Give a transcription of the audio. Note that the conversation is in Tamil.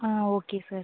ah okay sir